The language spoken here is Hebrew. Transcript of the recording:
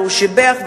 והוא שיבח,